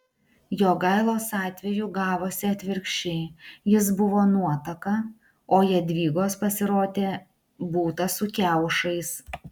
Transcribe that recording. jogailos atveju gavosi atvirkščiai jis buvo nuotaka o jadvygos pasirodė būta su kiaušais